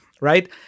right